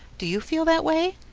do you feel that way